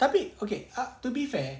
tapi okay ah to be fair